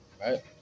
right